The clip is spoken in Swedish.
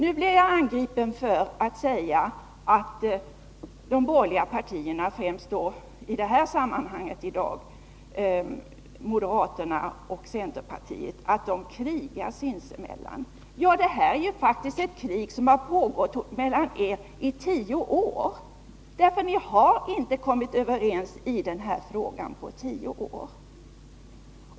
Nu blir jag angripen för att ha sagt att de borgerliga partierna, i det här sammanhanget främst moderaterna och centerpartiet, krigar sinsemellan. Men det har ju i den här frågan faktiskt pågått ett krig mellan eri tio år, och ni har inte kommit överens på dessa tio år.